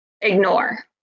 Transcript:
ignore